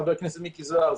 חבר הכנסת מיקי זוהר,